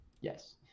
Yes